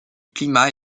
climat